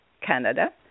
Canada